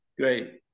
Great